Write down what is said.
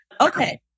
okay